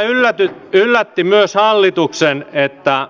tämä yllätti myös hallituksen että